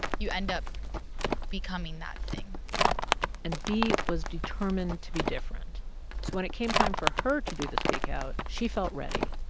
you end up becoming that thing and v was determined to be different. so when it came time for her to do the speak out, she felt ready.